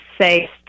say